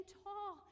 tall